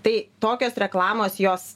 tai tokios reklamos jos